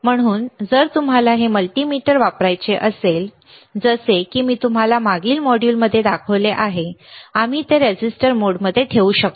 म्हणून जर तुम्हाला हे मल्टीमीटर वापरायचे असेल जसे की मी तुम्हाला मागील मॉड्यूलमध्ये दाखवले आहे आम्ही ते रेझिस्टर मोडमध्ये ठेवू शकतो